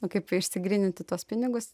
nu kaip išsigryninti tuos pinigus